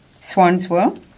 Swanswell